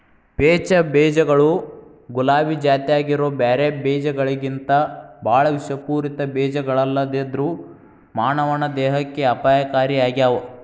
peach ಬೇಜಗಳು ಗುಲಾಬಿ ಜಾತ್ಯಾಗಿರೋ ಬ್ಯಾರೆ ಬೇಜಗಳಿಗಿಂತಬಾಳ ವಿಷಪೂರಿತ ಬೇಜಗಳಲ್ಲದೆದ್ರು ಮಾನವನ ದೇಹಕ್ಕೆ ಅಪಾಯಕಾರಿಯಾಗ್ಯಾವ